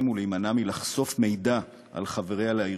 ולהימנע מלחשוף מידע על חבריה לארגון.